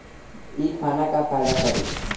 इ खाना का फायदा करी